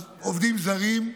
אז עובדים זרים,